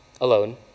alone